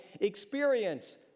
experience